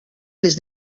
les